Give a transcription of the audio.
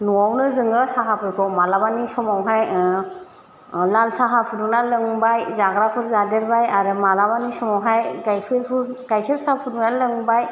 न'आवनो जोङो साहाफोरखौ मालाबानि समावहाय लाल साहा फुदुंनानै लोंबाय जाग्राफोर जादेरबाय आरो मालाबानि समावहाय गाइखेरफोर गाइखेर साहा फुदुंनानै लोंबाय